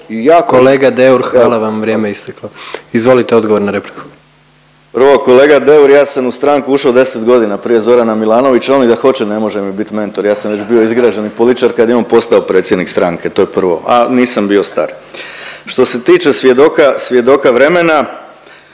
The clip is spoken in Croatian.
Kolega Deur hvala vam, vrijeme je isteklo. Izvolite odgovor na repliku. **Bauk, Arsen (SDP)** Prvo kolega Deur ja sam u stranku ušao u deset godina prije Zorana Milanovića. On i da hoće ne može mi bit mentor. Ja sam već bio izgrađeni političar kad je on postao predsjednik stranke. To je prvo, a nisam bio star. Što se tiče svjedoka, svjedoka